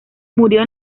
murió